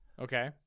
Okay